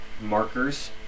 markers